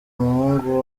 umuhungu